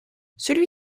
celui